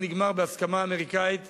אבל נגמר בהסכמה אמריקנית